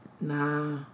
nah